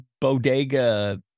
bodega